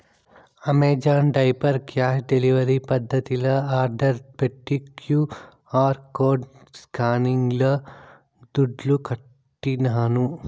Amazon diaper cash delivery పద్దతిల order పెట్టి QR code స్కానింగ్ల దుడ్లుకట్టినాను